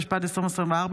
התשפ"ד 2024,